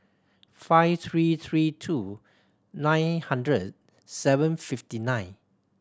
five three three two nine hundred seven fifty nine